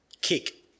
KICK